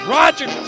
Roger